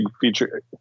feature